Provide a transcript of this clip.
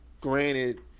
granted